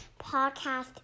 podcast